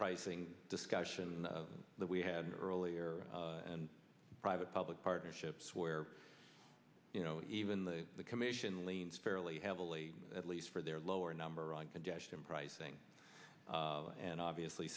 pricing discussion that we had earlier and private public partnerships where you know even the commission leans fairly heavily at least for their lower number on congestion pricing and obviously